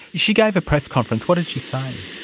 she gave a press conference. what did she say?